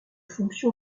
fonction